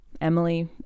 Emily